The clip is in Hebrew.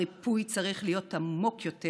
הריפוי צריך להיות עמוק יותר,